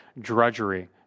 drudgery